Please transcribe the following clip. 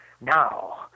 now